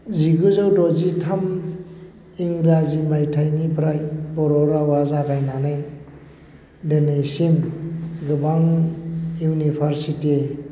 जिगुजौ द'जिथाम इंराजि मायथाइनिफ्राय बर' रावा जागायनानै दिनैसिम गोबां इउनिभारसिटि